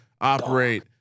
operate